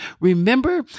Remember